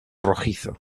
rojizo